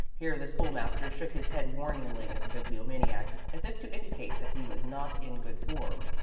here the school-master shook his head warningly at the bibliomaniac, as if to indicate that he was not in good form.